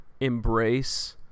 embrace